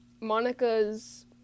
Monica's